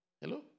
hello